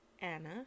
Anna